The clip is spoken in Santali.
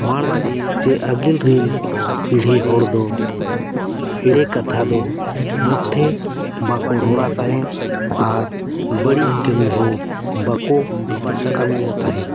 ᱢᱟᱲᱟᱝ ᱪᱮ ᱟᱹᱜᱤᱞ ᱨᱤᱱ ᱯᱤᱲᱦᱤ ᱦᱚᱲ ᱫᱚ ᱮᱲᱮ ᱠᱟᱛᱷᱟ ᱫᱚ ᱢᱚᱴᱷᱮ ᱵᱟᱠᱚ ᱨᱚᱲᱟ ᱛᱟᱦᱮᱸᱫ ᱟᱨ ᱵᱟᱹᱲᱤᱡ ᱠᱟᱹᱢᱤ ᱦᱚᱸ ᱵᱟᱠᱚ ᱠᱟᱹᱢᱤᱭᱟ ᱛᱟᱦᱮᱸᱫ